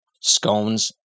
scones